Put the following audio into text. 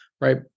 right